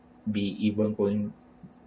be even going